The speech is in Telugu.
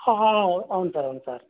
అవును సార్ అవును సార్